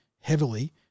heavily